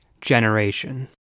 generation